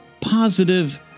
positive